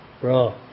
bro